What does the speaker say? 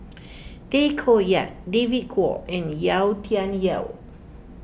Tay Koh Yat David Kwo and Yau Tian Yau